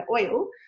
oil